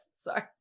Sorry